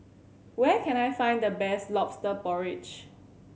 where can I find the best Lobster Porridge